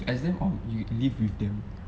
as them or you live with them